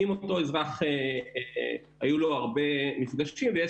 אם אותו אזרח היו לו הרבה מפגשים ויש